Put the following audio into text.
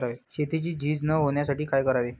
शेतीची झीज न होण्यासाठी काय करावे?